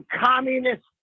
communist